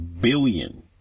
billion